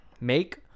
Make